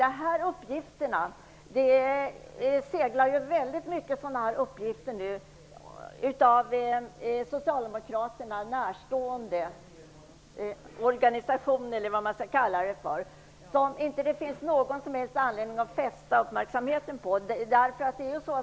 Det seglar omkring väldigt många sådana här uppgifter nu, som kommer från en Socialdemokraterna närstående organisation, eller vad man skall kalla det för. Det finns inte någon som helst anledning att uppmärksamma dem.